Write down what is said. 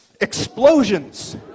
explosions